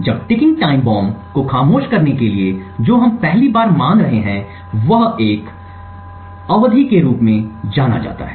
अब ticking time bomb को खामोश करने के लिए जो हम पहली बार मान रहे हैं वह एक युगीन अवधि के रूप में जाना जाता है